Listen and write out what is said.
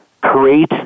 create